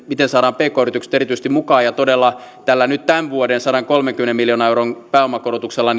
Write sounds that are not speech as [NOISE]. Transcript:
miten saadaan pk yritykset erityisesti mukaan ja todella tällä nyt tämän vuoden sadankolmenkymmenen miljoonan euron pääomakorotuksella [UNINTELLIGIBLE]